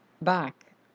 back